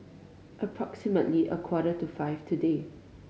approximately a quarter to five today